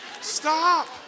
Stop